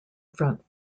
front